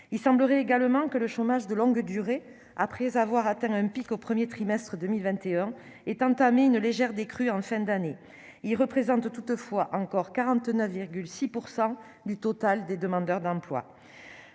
il semblerait également que le chômage de longue durée, après avoir atteint un pic au 1er trimestre 2021 est entamé une légère décrue en fin d'année, il représente toutefois encore 49,6 % du total des demandeurs d'emploi,